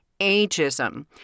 ageism